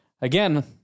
Again